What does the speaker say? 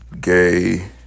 Gay